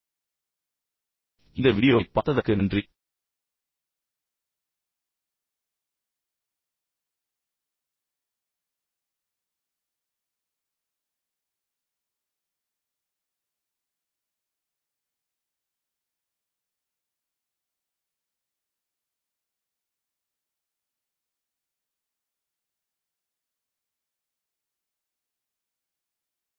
அடுத்த சொற்பொழிவில் நீங்கள் எவ்வாறு ஒரு திறமையான கவனிப்பாளராகவோ அல்லது தீவிரமான கவனிப்பாளராகவோ முடியும் என்பதற்கான பரிந்துரைகளை உங்களுக்குத் தொடர்ந்து தருகிறேன்